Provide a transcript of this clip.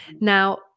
Now